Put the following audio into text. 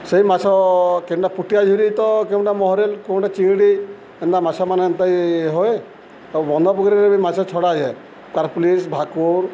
ସେଇ ମାଛ କେନ୍ଟା ପୁଟିଆ ଝୁରି ତ କେନ୍ଟା ମହରେଲ୍ କେଉଁଟା ଚିଙ୍ଗ୍ଡ଼ି ଏନ୍ତା ମାଛମାନେ ଏନ୍ତା ହି ହୁଏ ଆଉ ବନ୍ଧ ପୋଖରୀରେ ବି ମାଛ ଛଡ଼ାଯାଏ କାର୍ପିଲିସ୍ ଭାକୁର୍